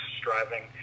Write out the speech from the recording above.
striving